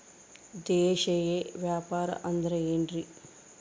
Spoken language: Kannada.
ದೇಶೇಯ ವ್ಯಾಪಾರ ಅಂದ್ರೆ ಏನ್ರಿ?